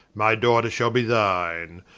my daughter shall be thine.